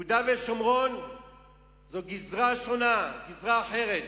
יהודה ושומרון זאת גזרה שונה, גזרה אחרת,